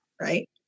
right